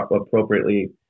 appropriately